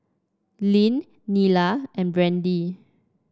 Lyn Nila and Brandi